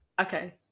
okay